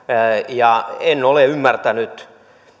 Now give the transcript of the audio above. ja en ole ymmärtänyt